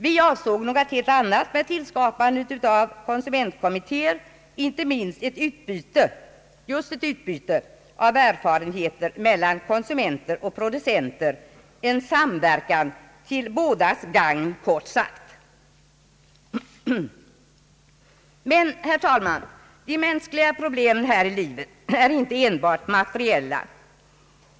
Vi avsåg något helt annat med tillskapandet av konsumentkommittéer, inte minst ett utbyte — just ett utbyte — av erfarenheter mellan konsumenter och producenter, kort sagt en samverkan till bådas gagn. Herr talman! De mänskliga problemen här i livet är dock inte enbart materiella.